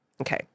okay